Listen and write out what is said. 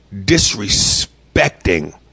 disrespecting